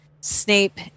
Snape